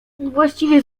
właściwie